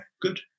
good